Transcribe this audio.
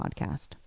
podcast